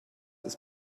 ist